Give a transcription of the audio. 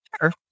Sure